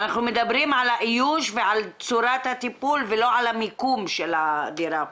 אנחנו מדברים על האיוש ועל צורת הטיפול ולא על המיקום של הדירה.